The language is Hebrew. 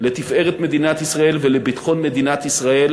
לתפארת מדינת ישראל ולביטחון מדינת ישראל,